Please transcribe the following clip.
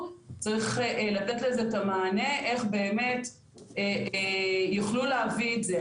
צריך לתת לזה את המענה איך באמת יוכלו להביא את זה,